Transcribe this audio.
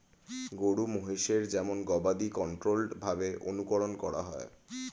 গরু মহিষের যেমন গবাদি কন্ট্রোল্ড ভাবে অনুকরন করা হয়